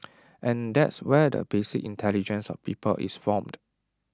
and that's where the basic intelligence of people is formed